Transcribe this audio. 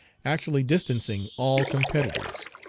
actually distancing all competitors.